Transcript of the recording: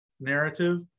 narrative